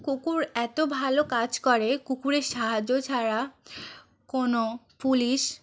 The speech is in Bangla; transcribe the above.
কুকুর এতো ভালো কাজ করে কুকুরের সাহায্য ছাড়া কোনো পুলিশ